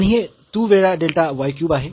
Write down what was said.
तर आणि हे 2 वेळा डेल्टा y क्यूब आहे